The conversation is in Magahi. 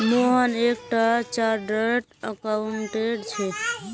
मोहन एक टा चार्टर्ड अकाउंटेंट छे